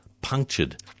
punctured